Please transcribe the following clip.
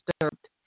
disturbed